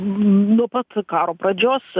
nuo pat karo pradžios